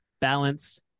Balance